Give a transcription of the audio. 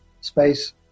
space